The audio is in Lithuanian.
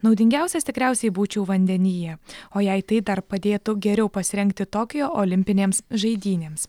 naudingiausias tikriausiai būčiau vandenyje o jei tai dar padėtų geriau pasirengti tokijo olimpinėms žaidynėms